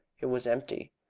it was empty.